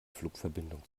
flugverbindung